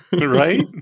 Right